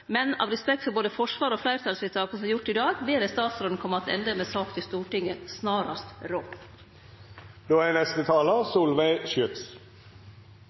men av respekt for både Forsvaret og fleirtalsvedtaka som vert gjorde i dag, ber eg statsråden kome attende med sak til Stortinget snarast